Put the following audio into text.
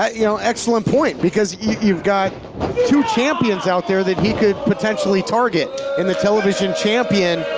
ah you know excellent point, because you've got two champions out there that he could potentially target in the television champion,